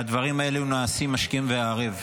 והדברים האלה נעשים השכם והערב.